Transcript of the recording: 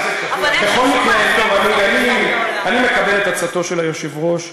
אני מקבל את עצתו של היושב-ראש,